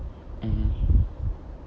mmhmm